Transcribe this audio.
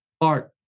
art